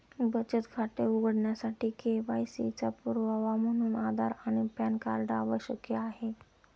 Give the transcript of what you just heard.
बचत खाते उघडण्यासाठी के.वाय.सी चा पुरावा म्हणून आधार आणि पॅन कार्ड आवश्यक आहे